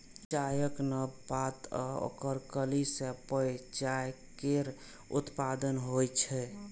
चायक नव पात आ ओकर कली सं पेय चाय केर उत्पादन होइ छै